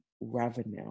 revenue